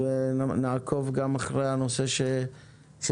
נעקוב גם אחרי הנושא שהצגת.